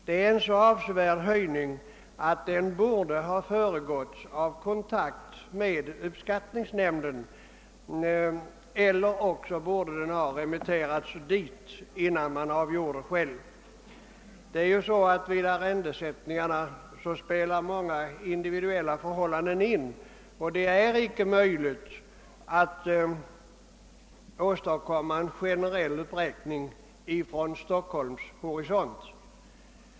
Det är en så avsevärd höjning att den borde ha föregåtts av kontakt med uppskattningsnämnderna. Åtminstone borde förslaget ha remitterats till dem innan styrelsen själv avgjorde saken. Vid arren desättningarna spelar många individuella förhållanden in, och det är därför inte möjligt att åstadkomma en generell uppräkning med utgång från Stockholms horisont.